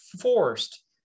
forced